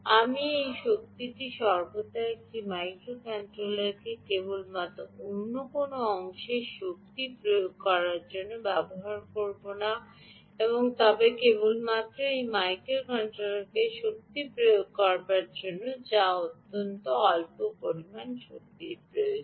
আমি এই শক্তিটি সর্বদা একটি মাইক্রোকন্ট্রোলারকে কেবলমাত্র এবং অন্য কোনও অংশে শক্তি প্রয়োগ করার জন্য ব্যবহার করব না তবে কেবলমাত্র একটি মাইক্রোকন্ট্রোলারকে শক্তি প্রয়োগ করতে যার জন্য খুব অল্প পরিমাণ শক্তি প্রয়োজন